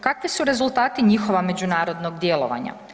Kakvi su rezultati njihova međunarodnog djelovanja?